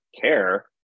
care